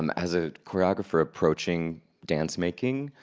um as a choreographer approaching dancemaking,